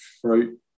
fruit